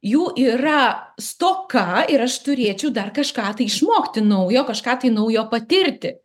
jų yra stoka ir aš turėčiau dar kažką tai išmokti naujo kažką tai naujo patirti